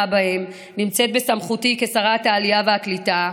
בהם נמצאת בסמכותי כשרת העלייה והקליטה,